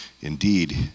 Indeed